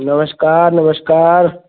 नमस्कार नमस्कार